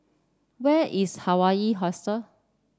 where is Hawaii Hostel